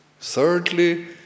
Thirdly